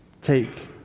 Take